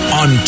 on